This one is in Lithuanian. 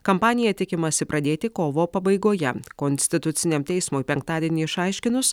kampaniją tikimasi pradėti kovo pabaigoje konstituciniam teismui penktadienį išaiškinus